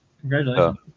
congratulations